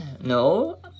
No